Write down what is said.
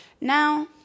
now